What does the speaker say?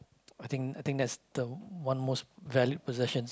I think I think that's the one most valued possession